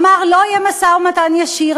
אמר: לא יהיה משא-ומתן ישיר,